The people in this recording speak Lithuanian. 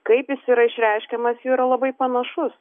kaip jis yra išreiškiamas yra labai panašus